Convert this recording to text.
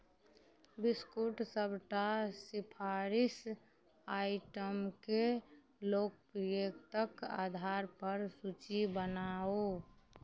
biscuit सबटा सिफारिश आइटमके लोकप्रियताके आधारपर सूचि बनाउ